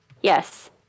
Yes